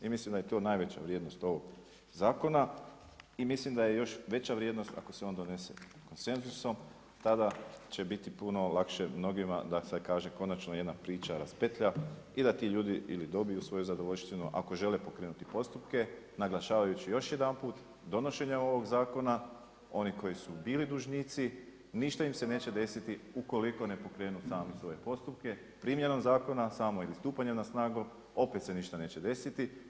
I mislim da je to najveća vrijednost ovog zakona i mislim da je još veća vrijednost ako se on donese konsenzusom tada će biti puno lakše mnogima da se kaže, konačno jedna priča raspetlja i da ti ljudi ili dobiju svoju zadovoljštinu ako žele pokrenuti postupke naglašavajući još jedanput donošenje ovog zakona, oni koji su bili dužnici, ništa im se neće desiti ukoliko ne pokrenu sami svoje postupke primjenom zakona samo ili stupanjem na snagu opet se ništa neće desiti.